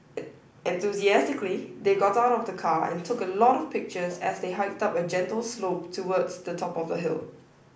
enthusiastically they got out of the car and took a lot of pictures as they hiked up a gentle slope towards the top of the hill